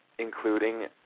including